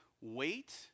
Wait